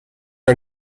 are